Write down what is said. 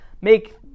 make